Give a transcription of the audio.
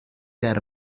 ger